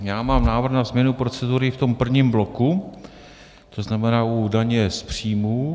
Já mám návrh na změnu procedury v tom prvním bloku, to znamená u daně z příjmů.